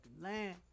land